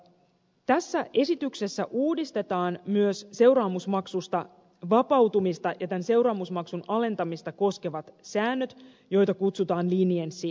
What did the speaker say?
tässä esityksessä uudistetaan myös seuraamusmaksusta vapautumista ja seuraamusmaksun alentamista koskevat säännöt joita kutsutaan leniency säännöksiksi